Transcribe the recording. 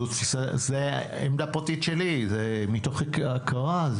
זו עמדה פרטית שלי, זה מתוך הכרה.